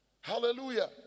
Hallelujah